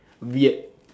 weird